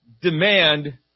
demand